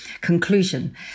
conclusion